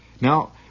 Now